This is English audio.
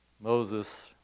Moses